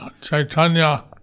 Chaitanya